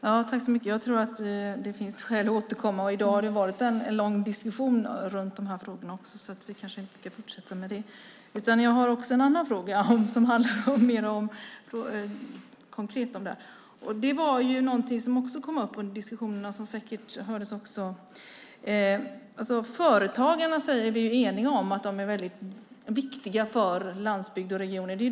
Herr talman! Jag tror att det finns skäl att återkomma. I dag har det också varit en lång diskussion om dessa frågor, så vi kanske inte ska fortsätta med det. Jag har en annan fråga som handlar mer konkret om ämnet, och det är något som kom upp under diskussionerna. Vi säger att vi är eniga om att företagarna är väldigt viktiga för landsbygd och regioner.